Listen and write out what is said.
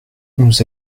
nous